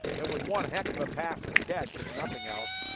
it was one heck of a pass and a catch if nothing else.